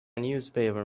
newspaper